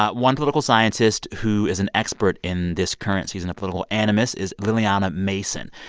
ah one political scientist who is an expert in this current season of political animus is lilliana mason.